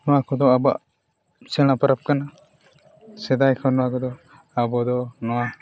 ᱱᱚᱣᱟ ᱠᱚᱫᱚ ᱟᱵᱚᱣᱟᱜ ᱥᱮᱬᱟ ᱯᱚᱨᱚᱵᱽ ᱠᱟᱱᱟ ᱥᱮᱫᱟᱭ ᱠᱷᱚᱱ ᱱᱚᱣᱟ ᱠᱚᱫᱚ ᱟᱵᱚ ᱫᱚ ᱱᱚᱣᱟ